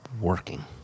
working